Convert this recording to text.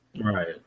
Right